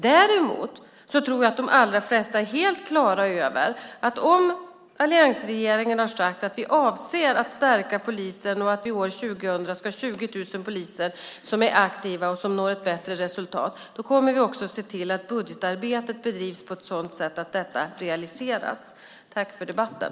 Däremot tror jag att de allra flesta är helt klara över att om alliansregeringen har sagt att vi avser att stärka polisen och att år 2010 ska 20 000 poliser vara aktiva och nå ett bättre resultat kommer vi också att se till att budgetarbetet bedrivs på ett sådant sätt att detta realiseras. Tack för debatten!